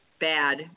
bad